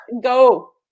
go